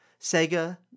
Sega